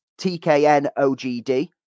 TKNOGD